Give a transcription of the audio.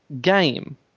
game